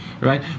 right